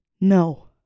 no